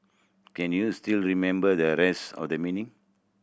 can you still remember the rest of the meaning